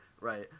right